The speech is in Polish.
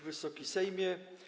Wysoki Sejmie!